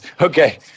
okay